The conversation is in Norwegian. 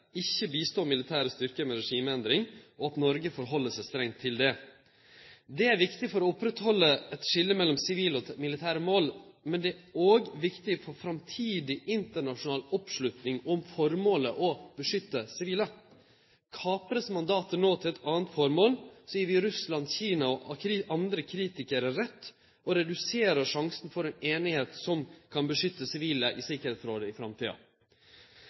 ikkje bistå militære styrkar med regimeendring, og at Noreg held seg strengt til det. Det er viktig for å halde oppe eit skilje mellom sivile og militære mål, men det er òg viktig for framtidig internasjonal oppslutning om formålet å beskytte sivile. Dersom mandatet no vert kapra til eit anna formål, gir vi Russland, Kina og andre kritikarar rett og reduserer sjansen for ei einigheit som kan beskytte sivile i Sikkerheitsrådet i framtida.